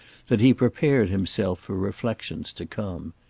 that he prepared himself for reflexions to come.